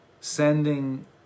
sending